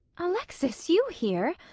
alexis, you here!